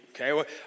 okay